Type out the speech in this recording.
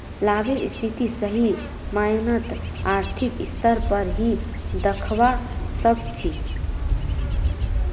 लाभेर स्थिति सही मायनत आर्थिक स्तर पर ही दखवा सक छी